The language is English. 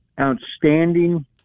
outstanding